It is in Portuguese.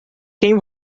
quem